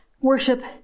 worship